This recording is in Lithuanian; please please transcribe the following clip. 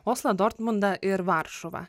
oslą dortmundą ir varšuvą